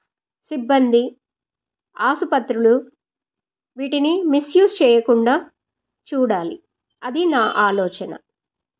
సిబ్బంది ఆసుపత్రులు వీటిని మిస్యూస్ చేయకుండా చూడాలి అది నా ఆలోచన